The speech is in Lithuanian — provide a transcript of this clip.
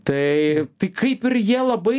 tai tai kaip ir jie labai